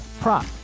prop